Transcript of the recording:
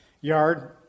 yard